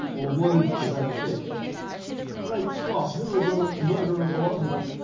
or words to that effect. great scott! who would want to murder a philosopher?